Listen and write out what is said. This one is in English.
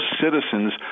citizens